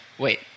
Wait